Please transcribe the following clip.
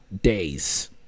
days